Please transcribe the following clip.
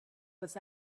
was